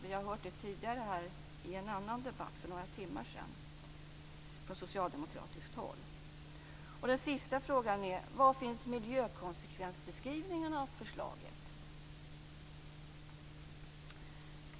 Vi har hört detta tidigare, i en annan debatt för några timmar sedan, från socialdemokratisk håll. Den sista frågan är: Var finns miljökonsekvensbeskrivningarna för förslaget?